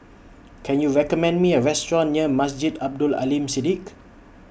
Can YOU recommend Me A Restaurant near Masjid Abdul Aleem Siddique